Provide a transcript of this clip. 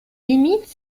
limites